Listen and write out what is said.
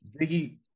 Biggie